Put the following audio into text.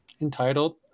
entitled